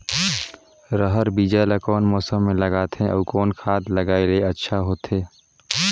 रहर बीजा ला कौन मौसम मे लगाथे अउ कौन खाद लगायेले अच्छा होथे?